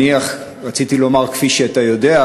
רציתי לומר "כפי שאתה יודע",